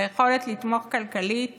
ביכולת לתמוך כלכלית